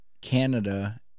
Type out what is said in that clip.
Canada